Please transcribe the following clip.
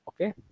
Okay